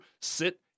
Sit